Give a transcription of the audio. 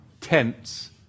tents